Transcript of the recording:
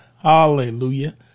Hallelujah